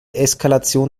eskalation